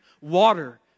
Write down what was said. Water